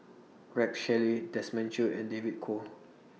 Rex Shelley Desmond Choo and David Kwo